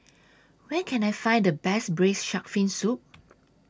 Where Can I Find The Best Braised Shark Fin Soup